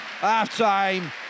Half-time